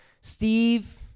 Steve